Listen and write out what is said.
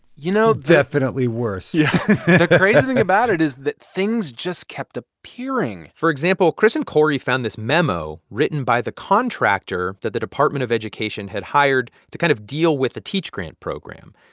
you know. definitely worse yeah the crazy thing about it is that things just kept appearing for example, chris and cory found this memo written by the contractor that the department of education had hired to kind of deal with the teach grant program.